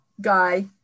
guy